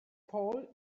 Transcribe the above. pole